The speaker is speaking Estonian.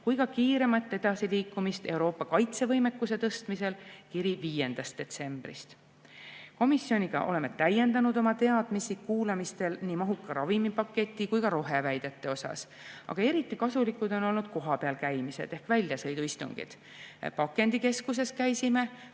kui ka kiiremat edasiliikumist Euroopa kaitsevõimekuse tõstmisel – kiri 5. detsembrist. Komisjoniga oleme täiendanud teadmisi kuulamistel nii mahuka ravimipaketi kui ka roheväidete kohta, aga eriti kasulikud on olnud kohapeal käimised ehk väljasõiduistungid. Pakendikeskuses käisime,